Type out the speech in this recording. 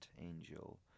angel